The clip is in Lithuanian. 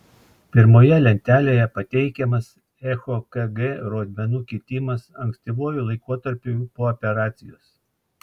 pirmoje lentelėje pateikiamas echokg rodmenų kitimas ankstyvuoju laikotarpiu po operacijos